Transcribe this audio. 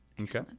okay